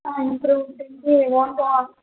improve ఉంటుంది